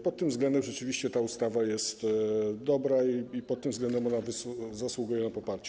Pod tym względem rzeczywiście ta ustawa jest dobra i pod tym względem ona zasługuje na poparcie.